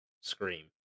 scream